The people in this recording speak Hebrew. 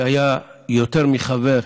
שהיה יותר מחבר.